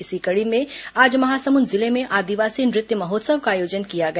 इसी कड़ी में आज महासमुंद जिले में आदिवासी नृत्य महोत्सव का आयोजन किया गया